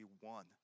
one